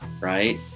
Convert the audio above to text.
Right